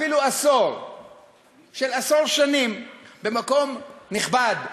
אפילו עשר שנים במקום נכבד,